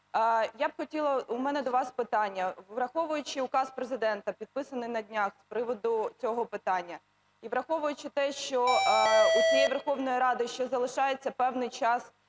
я б хотіла, у мене до вас питання. Враховуючи указ Президента, підписаний на днях з приводу цього питання, і враховуючи те, що у цієї Верховної Ради ще залишається певний час